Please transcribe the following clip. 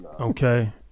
Okay